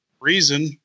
reason